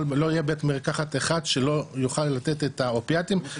לא יהיה בית מרקחת אחד שלא יוכל לתת את האופיאטים ---..